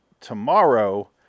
Tomorrow